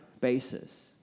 basis